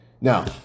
Now